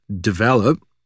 develop